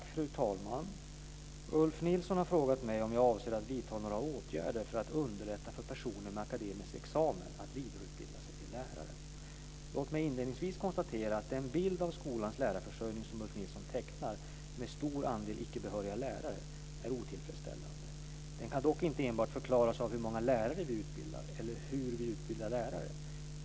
Fru talman! Ulf Nilsson har frågat mig om jag avser att vidta några åtgärder för att underlätta för personer med akademisk examen att vidareutbilda sig till lärare. Låt mig inledningsvis konstatera att den bild av skolans lärarförsörjning som Ulf Nilsson tecknar med en stor andel icke behöriga lärare är otillfredsställande. Den kan dock inte enbart förklaras av hur många lärare vi utbildar eller av hur vi utbildar lärare.